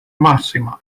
massima